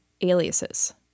Aliases